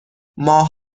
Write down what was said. ماه